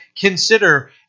consider